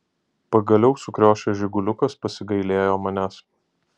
pagaliau sukriošęs žiguliukas pasigailėjo manęs